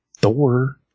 Thor